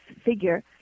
figure